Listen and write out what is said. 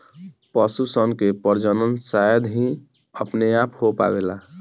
पशु सन के प्रजनन शायद ही अपने आप हो पावेला